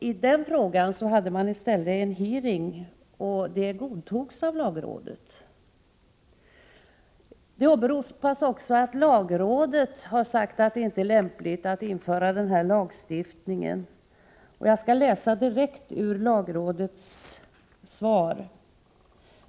I den frågan hade man i stället en hearing, och det godtogs av lagrådet. Det åberopas också att lagrådet har sagt att det inte är lämpligt att införa den här lagstiftningen. Jag skall läsa direkt ur lagrådets svar.